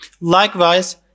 Likewise